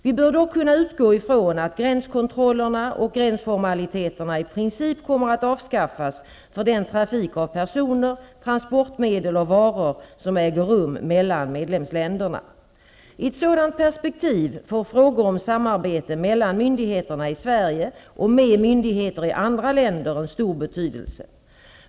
Vi bör dock kunna utgå ifrån att gränskontrollerna och gränsformaliteterna i princip kommer att avskaffas för den trafik av personer, transportmedel och varor som äger rum mellan medlemsländerna. I ett sådant perspektiv får frågor om samarbete mellan myndigheterna i Sverige och med myndigheter i andra länder en stor betydelse.